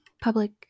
public